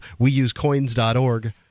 weusecoins.org